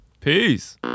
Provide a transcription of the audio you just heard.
Peace